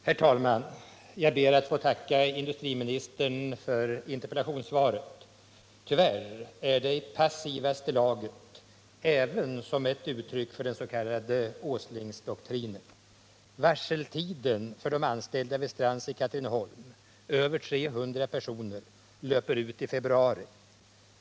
Herr talman! Jag ber att få tacka industriministern för interpellationssvaret. Tyvärr är det i passivaste laget även som ett uttryck för den s.k. Åslingdoktrinen. Varseltiden för de anställda vid Strands i Katrineholm — över 300 personer — löper ut i februari.